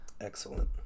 Excellent